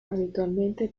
habitualmente